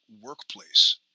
workplace